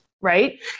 right